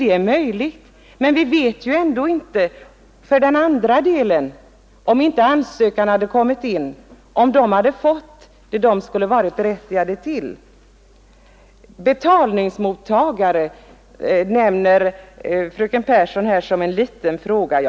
Det är möjligt, men vi vet ändå inte om den andra hälften hade fått vad den är berättigad till om det inte funnits något ansökningsförfarande. Betalningsmottagaren nämner fröken Pehrsson här som en liten fråga.